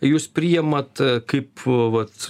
jūs priėmat kaip vat